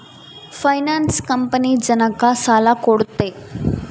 finance company ಜನಕ್ಕ ಸಾಲ ಕೊಡುತ್ತೆ